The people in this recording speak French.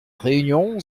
réunion